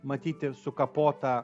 matyti sukapotą